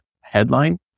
headline